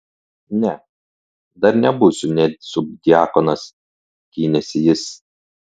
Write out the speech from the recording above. ne dar nebūsiu nė subdiakonas gynėsi jis